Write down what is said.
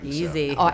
Easy